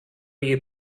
you